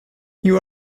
you